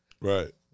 Right